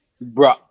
bro